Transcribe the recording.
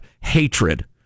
hatred